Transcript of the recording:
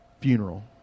funeral